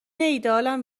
ایدهآلم